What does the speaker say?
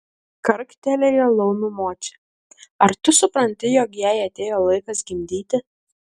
karktelėjo laumių močia ar tu supranti jog jai atėjo laikas gimdyti